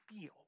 feel